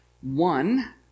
One